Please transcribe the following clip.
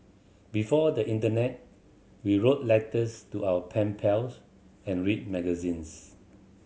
before the internet we wrote letters to our pen pals and read magazines